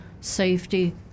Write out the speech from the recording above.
safety